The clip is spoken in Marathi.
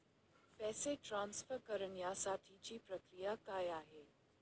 पैसे ट्रान्सफर करण्यासाठीची प्रक्रिया काय आहे?